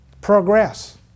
Progress